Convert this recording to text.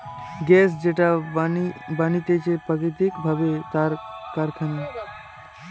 gas যেটা বানাতিছে প্রাকৃতিক ভাবে তার কারখানা